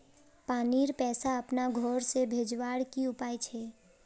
पानीर पैसा अपना घोर से भेजवार की उपाय छे?